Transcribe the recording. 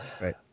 right